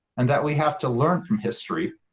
and that we have to learn from history,